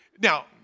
Now